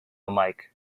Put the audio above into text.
mike